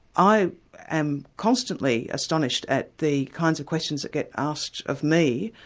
i am constantly astonished at the kinds of questions that get asked of me,